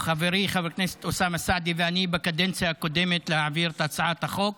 חברי חבר הכנסת אוסאמה סעדי ואני בקדנציה הקודמת להעביר את הצעת החוק